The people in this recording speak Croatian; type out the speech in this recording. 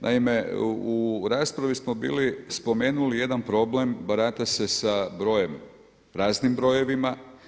Naime, u raspravi smo bili spomenuli jedan problem, barata se sa raznim brojevima.